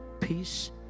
peace